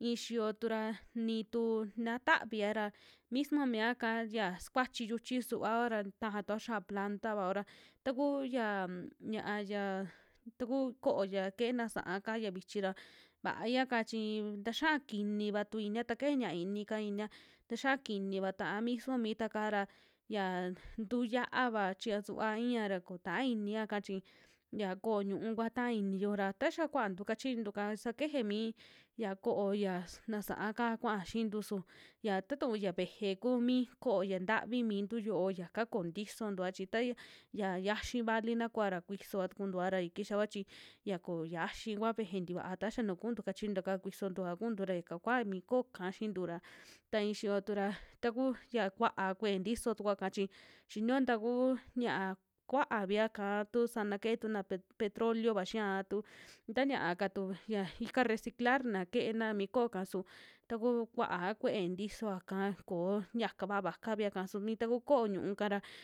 i'i xiyo tu ra ni tuna tavia ra, mismo miaka ya sukuachi yuchi suvaoa ra taja tua xi'a plantavao ra, taku ya un ña'a ya taku ko'o ya keena sa'aka ya vichi ra vaiaka chi taxia kiniva tu inia ta keje ña'a iinika inia, taxia kiniva taa mismo mitua kaara yia tuyaava chiña suva i'iña ra kotaa inia'ka chi ya ko'o ñu'u kua taa iniyu ra taxa kuantu kachiñuntu ka saa keje mi ya ko'o ya snasa'aka kua xintu su, ya tatuu ya veje kumi ko'o ya ntavi mintu yo'o yaka koo ntisontua chi tay ya yiaxi vali na kuva ra kusia tukuntua ra ya kixa kua chi ya koo yiaxi kua, veje tikua taxa nu kuntu kachiñuntu ka kuisontua kuuntu ra ika kua mi ko'oka xiintu ra ta i'i xiyo tuura taku ya kuaa kue'e ntiso tukuaka chi xinio taku ña'a kuaavia'ka tu sana kee tuna pe- petroleo'va xia a tu taa ñiaka tu ya ika reciclarna keena mi ko'oka su taku kuaa kue'e tisoaka koo yaka vaa vakaia ka su ni taku ko'o ñu'uka ra.